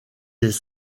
des